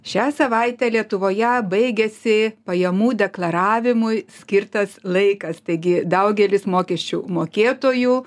šią savaitę lietuvoje baigėsi pajamų deklaravimui skirtas laikas taigi daugelis mokesčių mokėtojų